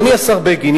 אדוני השר בגין,